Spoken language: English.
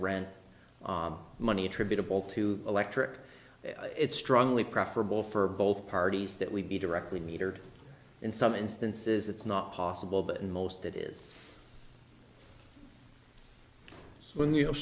rent money attributable to electric it's strongly preferable for both parties that we be directly metered in some instances it's not possible but in most it is when you